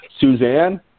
Suzanne